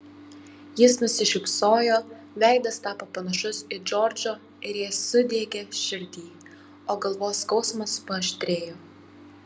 jis nusišypsojo veidas tapo panašus į džordžo ir jai sudiegė širdį o galvos skausmas paaštrėjo